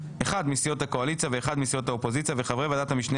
אחד מסיעות הקואליציה ואחד מסיעות האופוזיציה וחברי ועדת המשנה